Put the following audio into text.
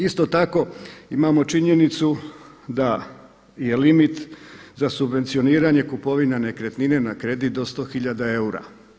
Isto tako, imamo činjenicu da je limit za subvencioniranje kupovine nekretnine na kredit do 100 hiljada eura.